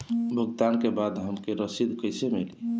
भुगतान के बाद हमके रसीद कईसे मिली?